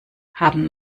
haben